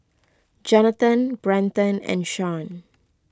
Johnathan Brenton and Shaun